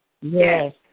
Yes